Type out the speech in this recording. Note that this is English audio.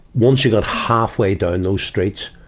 once you get half way don those streets,